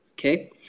okay